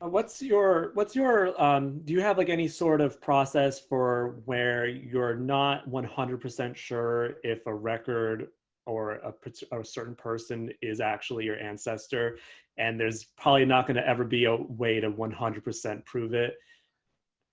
what's your what's your um do you have like any sort of process for where you're not one hundred percent sure if a record or ah or a certain person is actually your ancestor and there's probably not gonna ever be a way to one hundred percent prove it